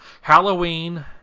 Halloween